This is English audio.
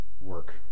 work